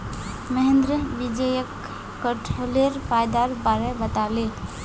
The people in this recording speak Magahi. महेंद्र विजयक कठहलेर फायदार बार बताले